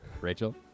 Rachel